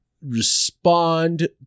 respond